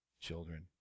children